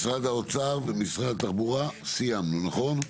משרד האוצר ומשרד התחבורה סיימנו, נכון?